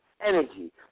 energy